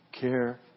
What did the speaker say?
care